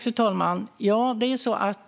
Fru talman!